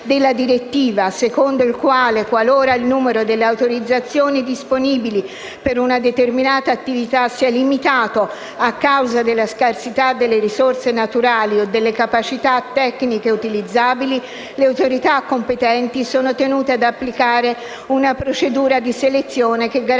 della direttiva, secondo il quale qualora il numero delle autorizzazioni disponibili per una determinata attività sia limitato a causa della scarsità delle risorse naturali o delle capacità tecniche utilizzabili, le autorità competenti sono tenute ad applicare una procedura di selezione che garantisca